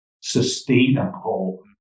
sustainable